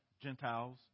Gentiles